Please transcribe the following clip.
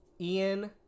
Ian